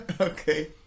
Okay